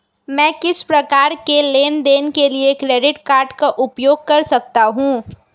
मैं किस प्रकार के लेनदेन के लिए क्रेडिट कार्ड का उपयोग कर सकता हूं?